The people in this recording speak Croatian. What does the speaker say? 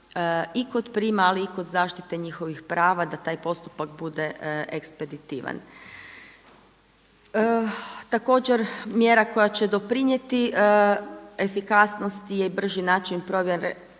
i kod prijema, ali i kod zaštite njihovih prava, da taj postupak bude ekspeditivan. Također mjera koja će doprinijeti efikasnosti je i brži način provjere